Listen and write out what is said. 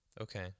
Okay